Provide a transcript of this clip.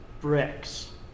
bricks